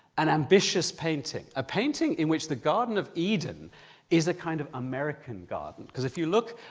an ambitious painting, a painting in which the garden of eden is a kind of american garden, because if you look.